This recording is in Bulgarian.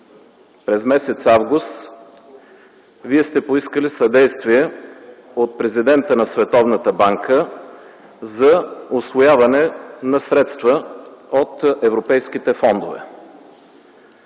през м. август Вие сте поискали съдействие от президента на Световната банка за усвояване на средства от европейските фондове.